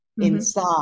inside